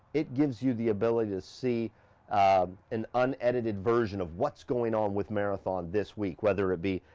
it gives you the ability to see an unedited version of what's going on with marathon this week. whether it be,